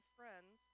friends